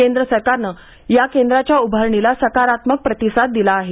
केंद्र सरकारनं या केंद्राच्या उभारणीला सकारात्मक प्रतिसाद दिला आहे